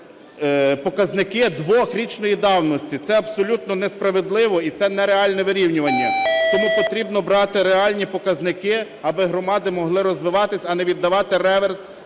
показники дворічної давності. Це абсолютно несправедливо, і це не реальне вирівнювання. Тому потрібно брати реальні показники, аби громади могли розвиватись, а не віддавати реверс